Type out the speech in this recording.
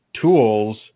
tools